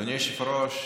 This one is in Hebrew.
אדוני היושב-ראש,